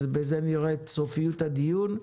אז בזה נראה את סופיות הדיון.